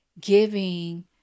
giving